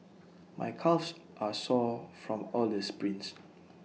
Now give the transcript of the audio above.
my calves are sore from all the sprints